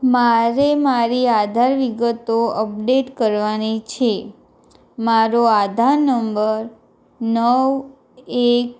મારે મારી આધાર વિગતો અપડેટ કરવાની છે મારો આધાર નંબર નવ એક